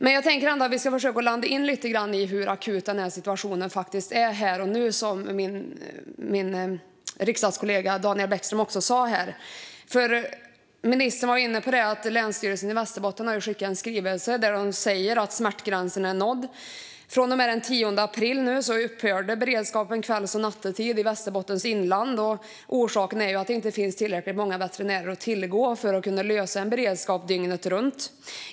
Men jag tänker ändå att vi ska försöka komma in lite på hur akut situationen faktiskt är här och nu, vilket min riksdagskollega Daniel Bäckström också talade om. Ministern var inne på att länsstyrelsen i Västerbotten har skickat en skrivelse där man säger att smärtgränsen är nådd. Från och med den 10 april upphörde beredskapen kvälls och nattetid i Västerbottens inland. Orsaken är att det inte finns tillräckligt många veterinärer att tillgå för att man ska klara att ha beredskap dygnet runt.